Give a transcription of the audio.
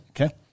Okay